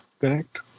Correct